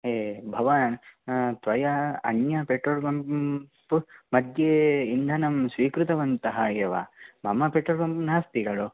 ए भवान् त्वया अन्यपट्रोल् पम्प् मध्ये इन्धनं स्वीकृतवन्तः एव मम पेट्रोल् पम्प् नास्ति खलु